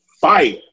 fire